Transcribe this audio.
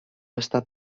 estat